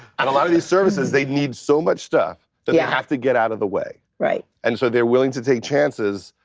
and a lot of these services, they need so much stuff that they have to get out of the way, and so they're willing to take chances.